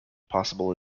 possible